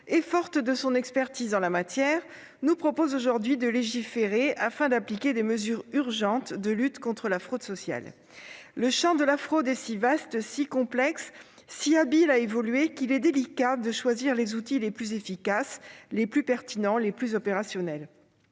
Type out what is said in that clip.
matière depuis de longues années, nous propose aujourd'hui de légiférer afin d'appliquer des mesures urgentes de lutte contre la fraude sociale. Le champ de la fraude est si vaste, si complexe, si évolutif qu'il est délicat de choisir les outils les plus efficaces, les plus pertinents, les plus opérationnels.